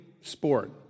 sport